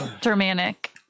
Germanic